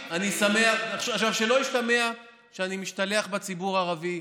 עכשיו, שלא ישתמע שאני משתלח בציבור הערבי.